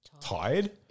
tired